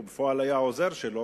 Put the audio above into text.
הוא בפועל היה עוזר שלו,